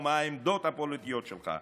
מה העמדות הפוליטיות שלך.